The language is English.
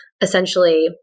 essentially